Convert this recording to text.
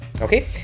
Okay